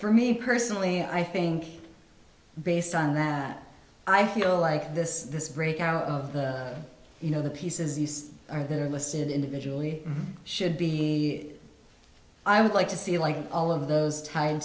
for me personally i think based on that i feel like this this break out of the you know the pieces east or they're listed individually should be i would like to see like all of those tied